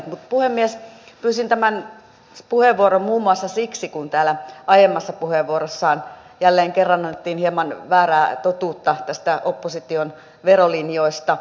mutta puhemies pyysin tämän puheenvuoron muun muassa siksi että täällä aiemmissa puheenvuorossa jälleen kerran annettiin hieman väärää totuutta opposition verolinjoista